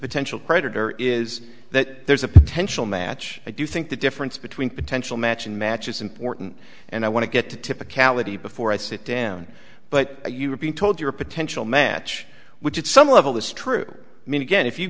potential predator is that there's a potential match i do think the difference between potential match and match is important and i want to get to typicality before i sit down but you are being told you're a potential match which at some level this true i mean again if you